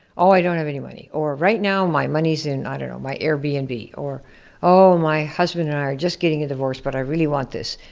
oh, i don't have any money, or right now my money's in i don't know, my airbnb, and or oh, my husband and i are just getting a divorce, but i really want this.